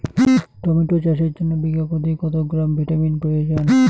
Tomato চাষের জন্য বিঘা প্রতি কত গ্রাম ভিটামিন প্রয়োজন?